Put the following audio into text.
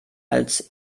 als